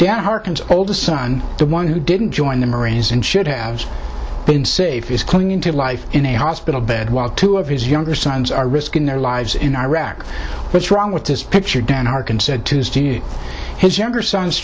dad hearkens oldest son the one who didn't join the marines and should have been safe is clinging to life in a hospital bed while two of his younger sons are risking their lives in iraq what's wrong with this picture dan harkin said tuesday his younger son